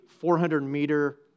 400-meter